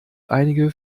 einige